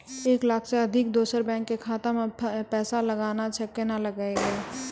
एक लाख से अधिक दोसर बैंक के खाता मे पैसा लगाना छै कोना के लगाए?